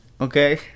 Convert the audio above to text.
Okay